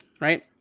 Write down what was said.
right